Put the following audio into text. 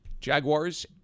Jaguars